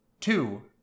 two